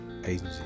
agency